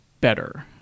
better